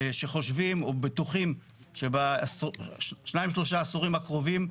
שחושבים ובטוחים שבשניים שלושה עשורים הקרובים,